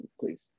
please